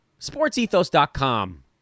SportsEthos.com